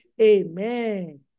Amen